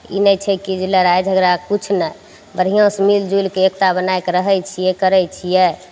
ई नहि छै कि जे लड़ाइ झगड़ा किछु नहि बढ़िआँसँ मिल जुलि के एकता बनाके रहय छियै करय छियै